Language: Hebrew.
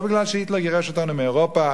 לא מפני שהיטלר גירש אותנו מאירופה,